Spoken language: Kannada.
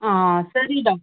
ಹಾಂ ಸರಿ ಡೊಕ್